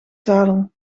zadel